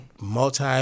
multi-